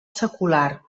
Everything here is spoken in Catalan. secular